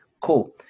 Cool